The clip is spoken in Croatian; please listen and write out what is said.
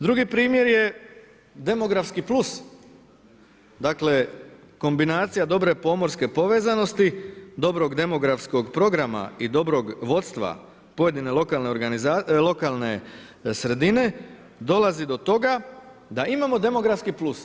Drugi primjer je demografski plus, dakle kombinacija dobre pomorske povezanosti, dobrog demografskog programa i dobrog vodstva pojedine lokalne sredine, dolazi do toga da imamo demografski plus.